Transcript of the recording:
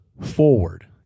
forward